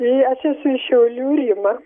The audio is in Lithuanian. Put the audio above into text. tai aš iš šiaulių rima